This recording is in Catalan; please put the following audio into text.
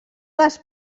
les